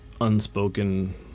unspoken